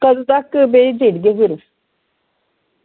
कदूं तक ओड़गे फिर